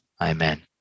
amen